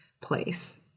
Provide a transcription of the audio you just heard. place